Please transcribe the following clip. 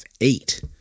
eight